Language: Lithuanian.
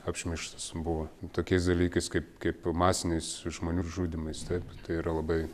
apšmeižtas buvo tokiais dalykais kaip kaip masiniais žmonių žudymais taip tai yra labai